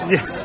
Yes